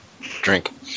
drink